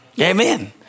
Amen